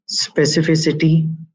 specificity